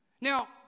Now